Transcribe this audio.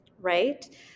right